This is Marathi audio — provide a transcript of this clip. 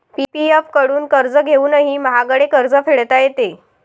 पी.पी.एफ कडून कर्ज घेऊनही महागडे कर्ज फेडता येते